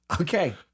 Okay